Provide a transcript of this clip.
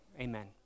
Amen